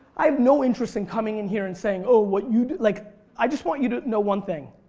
i have no interest in coming in here and saying oh what you do like i just want you to know one thing